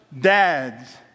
dads